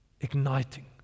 igniting